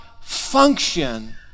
function